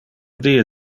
die